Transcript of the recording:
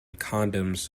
condoms